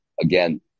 again